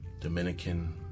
Dominican